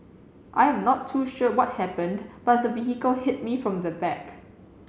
I am not too sure what happened but the vehicle hit me from the back